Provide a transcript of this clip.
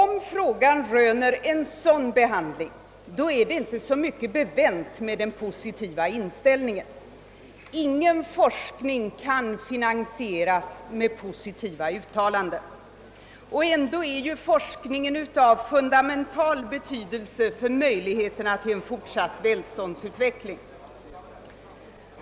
När frågan röner en sådan behandling är det inte så mycket bevänt med den positiva inställningen. Ingen forskning kan finansieras med positiva uttalanden. Forskningen är ju ändå av fundamental betydelse för möjligheterna till en fortsatt välståndsutveckling.